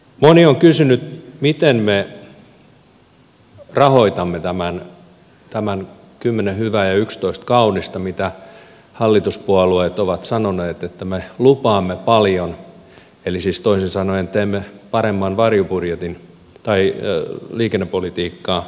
moni on kysynyt miten me rahoitamme tämän kymmenen hyvää ja yksitoista kaunista mitä hallituspuolueet ovat sanoneet että me lupaamme paljon eli siis toisin sanoen teemme parempaa liikennepolitiikkaa